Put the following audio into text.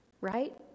Right